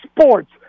sports